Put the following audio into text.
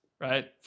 right